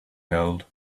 held